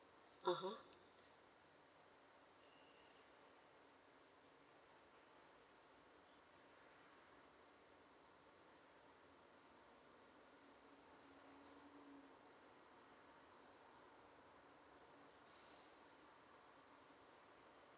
(uh huh)